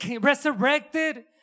resurrected